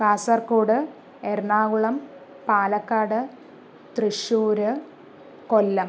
Kasaragod Ernakulam Palakkad Thrissur Kollam